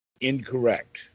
incorrect